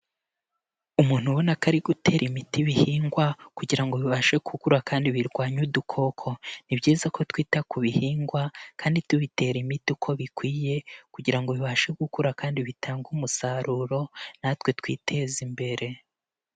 Umuntu ubona ko ari gutera imiti ibihingwa kugira ngo bibashe gukura kandi birwanwanye udukoko, ni byiza ko twita ku bihingwa kandi tubitera imiti uko bikwiye kugira ngo bibashe gukura kandi bitange umusaruro, natwe twiteze imbere.